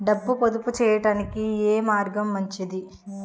డబ్బు పొదుపు చేయటానికి ఏ మార్గం మంచిది?